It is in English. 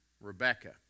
Rebecca